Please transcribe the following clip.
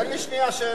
תן לי שנייה שאלה.